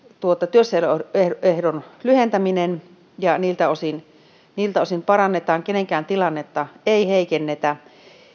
työssäoloehdon lyhentäminen ja niiltä osin tilannetta parannetaan kenenkään tilannetta ei heikennetä